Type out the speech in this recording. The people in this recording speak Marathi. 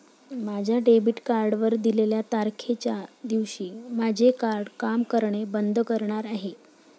माझ्या डेबिट कार्डवर दिलेल्या तारखेच्या दिवशी माझे कार्ड काम करणे बंद करणार आहे